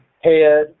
head